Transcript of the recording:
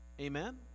amen